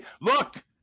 Look